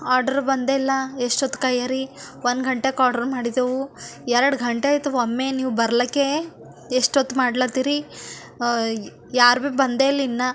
order ಬಂದೇಯಿಲ್ಲ ಎಷ್ಟು ಹೊತ್ತು ಕಾಯರಿ ಒಂದು ಗಂಟೆಗೆ ಆಡ್ರ್ ಮಾಡಿದೆವು ಎರಡು ಗಂಟೆ ಆಯಿತು ಒಮ್ಮೆ ನೀವು ಬರಲಿಕ್ಕೆ ಎಷ್ಟು ಹೊತ್ತು ಮಾಡ್ಲತ್ತೀರಿ ಯಾರು ಭೀ ಬಂದೇಯಿಲ್ಲ ಇನ್ನೂ